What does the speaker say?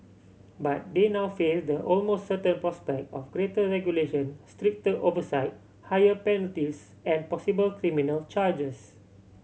but they now face the almost certain prospect of greater regulation stricter oversight higher penalties and possible criminal charges